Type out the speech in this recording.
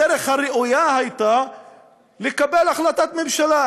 הדרך הראויה הייתה לקבל החלטת ממשלה,